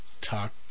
talk